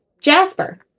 Jasper